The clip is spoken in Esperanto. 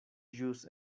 ĵus